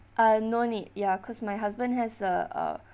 uh no need ya cause my husband has a uh